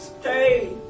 stay